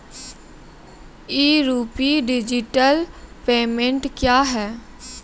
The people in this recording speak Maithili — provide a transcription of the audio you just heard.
ई रूपी डिजिटल पेमेंट क्या हैं?